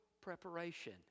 preparation